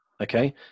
Okay